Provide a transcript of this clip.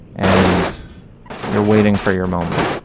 and you're waiting for your moment?